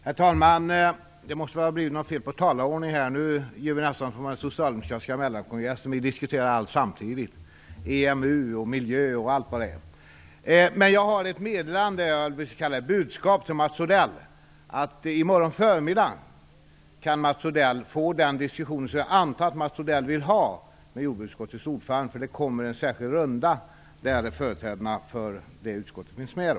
Herr talman! Det måste väl ha blivit något fel på talarordningen här. Det är nu nästan som på den socialdemokratiska mellankongressen, att vi diskuterar allt samtidigt: EMU, miljö och allt vad det är. Jag har ett budskap till Mats Odell, att han i morgon förmiddag kan få den diskussion som jag antar att han vill ha med jordbruksutskottets ordförande. Det kommer då en särskild debattrunda där företrädarna för det utskottet finns med.